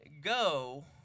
go